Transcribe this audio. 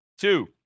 Two